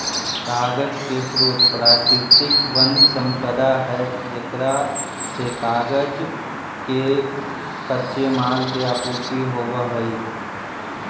कागज के स्रोत प्राकृतिक वन्यसम्पदा है जेकरा से कागज के कच्चे माल के आपूर्ति होवऽ हई